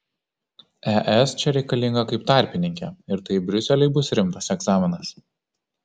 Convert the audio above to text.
es čia reikalinga kaip tarpininkė ir tai briuseliui bus rimtas egzaminas